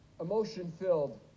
emotion-filled